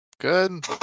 good